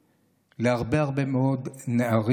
כמה בתים כאלה שעוזרים להרבה הרבה מאוד נערים,